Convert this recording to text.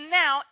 now